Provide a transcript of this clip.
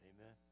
Amen